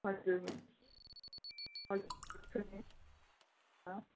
हजुर मिस